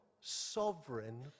sovereign